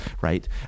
right